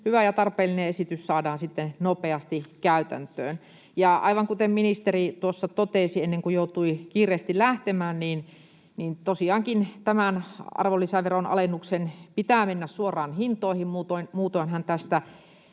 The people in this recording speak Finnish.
hyvä ja tarpeellinen esitys saadaan sitten nopeasti käytäntöön. Ja aivan kuten ministeri tuossa totesi ennen kuin joutui kiireesti lähtemään, niin tosiaankin tämän arvonlisäveron alennuksen pitää mennä suoraan hintoihin. Muutoinhan tästä